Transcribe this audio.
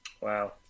Wow